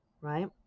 Right